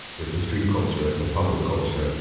it's a street culture, it's a public culture.